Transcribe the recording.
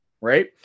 right